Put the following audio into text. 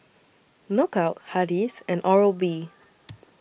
Knockout Hardy's and Oral B